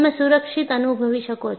તમે સુરક્ષિત અનુભવી શકો છો